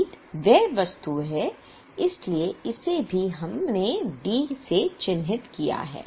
खरीद एक व्यय वस्तु है इसलिए इसे भी हमने D से चिन्हित किया है